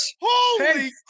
Holy